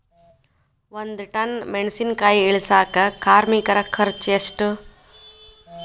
ಒಂದ್ ಟನ್ ಮೆಣಿಸಿನಕಾಯಿ ಇಳಸಾಕ್ ಕಾರ್ಮಿಕರ ಖರ್ಚು ಎಷ್ಟು?